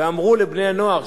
ואמרו לבני-הנוער,